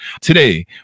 Today